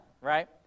right